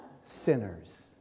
sinners